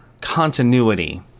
continuity